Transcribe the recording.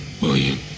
William